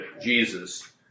Jesus